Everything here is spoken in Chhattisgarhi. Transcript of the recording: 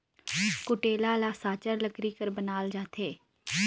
कुटेला ल साचर लकरी कर बनाल जाथे